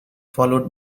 followed